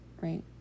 right